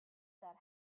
that